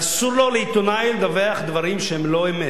ואסור לו, לעיתונאי, לדווח דברים שהם לא אמת,